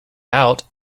out